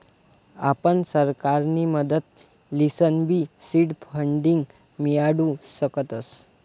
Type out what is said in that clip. आपण सरकारनी मदत लिसनबी सीड फंडींग मियाडू शकतस